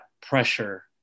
pressure